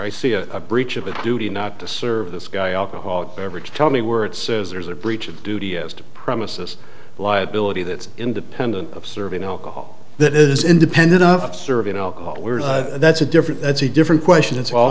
i see a breach of a duty not to serve this guy alcohol ever tell me where it says there's a breach of duty as to premises liability that's independent of serving alcohol that is independent of serving alcohol that's a different that's a different question it's